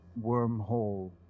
wormhole